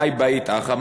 מאי בעית הכא?